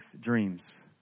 dreams